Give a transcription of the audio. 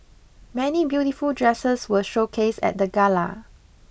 many beautiful dresses were showcased at the gala